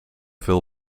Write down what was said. veel